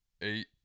eight